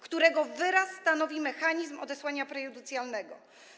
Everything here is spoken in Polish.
którego wyraz stanowi mechanizm odesłania prejudycjalnego.